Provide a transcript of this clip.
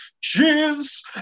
cheers